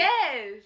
Yes